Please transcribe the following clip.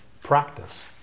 practice